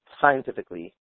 scientifically